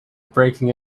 breaking